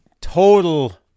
total